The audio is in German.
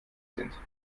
sind